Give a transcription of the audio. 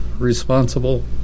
responsible